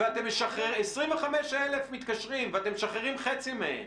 25 אלף מתקשרים, ואתם משחררים חצי מהם.